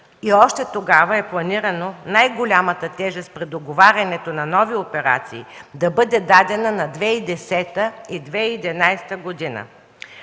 и още тогава е планирано най-голямата тежест при договарянето на нови операции да бъде дадена на 2010 и 2011 г.